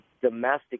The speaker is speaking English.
domestic